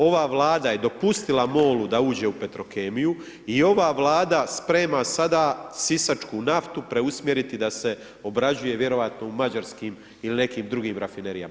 Ova vlada je dopustila MOL-u da uđe u petrokemiju i ova vlada sprema sada sisačku naftu preusmjeriti da se obrađuje vjerojatno u mađarskim ili nekim drugim rafinerijama.